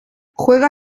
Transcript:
juega